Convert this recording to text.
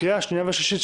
הקריאה השנייה והשלישית,